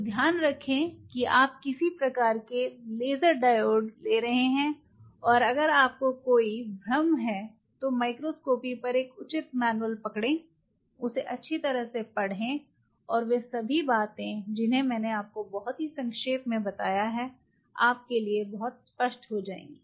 तो ध्यान रखें कि आप किस प्रकार के लेजर डायोड ले रहे हैं और अगर आपको कोई भ्रम है तो माइक्रोस्कोपी पर एक उचित मैनुअल पकड़ें उसे अच्छी तरह से पढ़ें और वे सभी बातें जिन्हे मैंने आपको बहुत ही संक्षेप में बताया है आपके लिए बहुत स्पष्ट हो जाएँगी